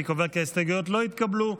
אני קובע כי ההסתייגויות לא התקבלו.